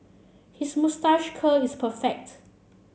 his moustache curl is perfect